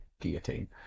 guillotine